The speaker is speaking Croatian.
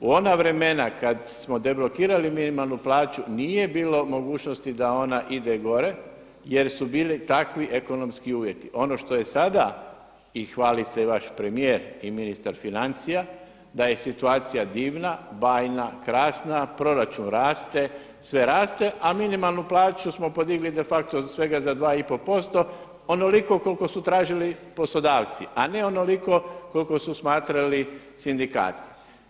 U ona vremena kada smo deblokirali minimalnu plaću nije bilo mogućnosti da ona ide gore jer su bili takvi ekonomski uvjeti, ono što je sada i hvali se vaš premijer i ministar financija, da je situacija divna, bajna, krasna, proračun raste, sve raste, a minimalnu plaću smo podigli de facto za svega 2,5% onoliko koliko su tražili poslodavci, a ne onoliko koliko su smatrali sindikati.